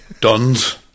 duns